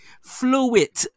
Fluid